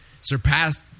surpassed